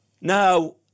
now